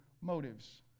motives